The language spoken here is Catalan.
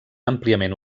àmpliament